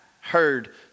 heard